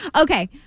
Okay